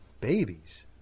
babies